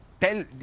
tell